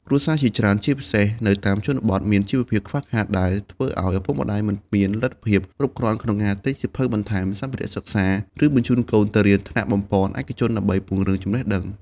គ្រួសារជាច្រើន ជាពិសេសនៅតាមជនបទ មានជីវភាពខ្វះខាត ដែលធ្វើឱ្យឪពុកម្តាយមិនមានលទ្ធភាពគ្រប់គ្រាន់ក្នុងការទិញសៀវភៅបន្ថែម សម្ភារៈសិក្សា ឬបញ្ជូនកូនទៅរៀនថ្នាលបំប៉នឯកជនដើម្បីពង្រឹងចំណេះដឹង។